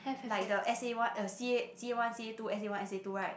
like the S_A one uh C_A C_A one C_A two S_A one S_A two right